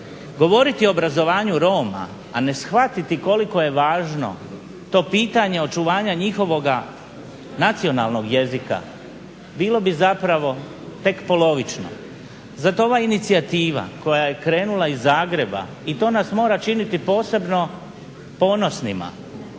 Govoriti o obrazovanju Roma, a ne shvatiti koliko je važno to pitanje očuvanja njihovoga nacionalnog jezika bilo bi zapravo tek polovično. Zato ova inicijativa koja je krenula iz Zagreba i to nas mora činiti posebno ponosnima